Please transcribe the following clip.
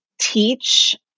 teach